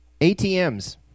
ATMs